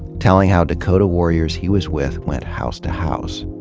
telling how dakota warriors he was with went house to house.